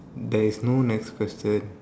there is no next question